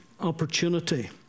opportunity